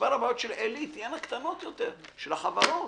מספר הבעיות של עלי תהיינה קטנות יותר של החברות.